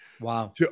Wow